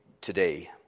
today